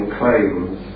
claims